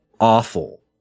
awful